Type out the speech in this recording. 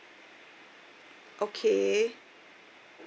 okay